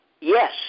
yes